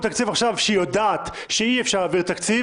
תקציב עכשיו כשהיא יודעת שאי-אפשר להעביר תקציב